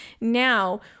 Now